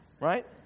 right